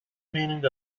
meaning